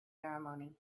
ceremony